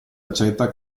accetta